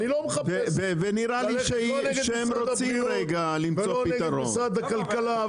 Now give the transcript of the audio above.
אני לא מחפש ללכת לא נגד משרד הבריאות ולא נגד משרד הכלכלה,